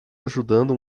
ajudando